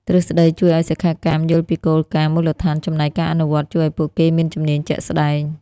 ទ្រឹស្ដីជួយឱ្យសិក្ខាកាមយល់ពីគោលការណ៍មូលដ្ឋាន ចំណែកការអនុវត្តន៍ជួយឱ្យពួកគេមានជំនាញជាក់ស្តែង។